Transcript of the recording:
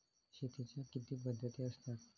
शेतीच्या किती पद्धती असतात?